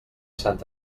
sant